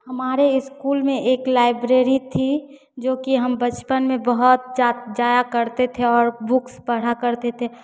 हमारे स्कूल में एक लाइब्रेरी थी जोकि हम बचपन में बहुत जा जाया करते थे और बुक्स पढ़ा करते थे